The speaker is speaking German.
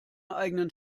eigenen